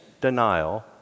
denial